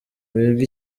wiga